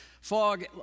Fog